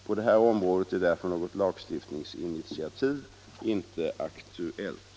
På det här området är därför något lagstiftningsinitiativ inte aktuellt.